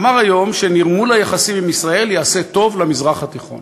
אמר היום שנרמול היחסים עם ישראל יעשה טוב למזרח התיכון.